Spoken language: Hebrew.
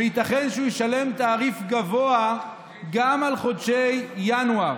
וייתכן שהוא ישלם תעריף גבוה גם על חודש ינואר,